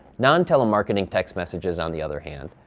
non-telemarketing text messages, on the other hand,